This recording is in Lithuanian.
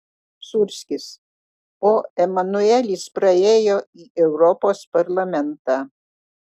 sūrskis o emanuelis praėjo į europos parlamentą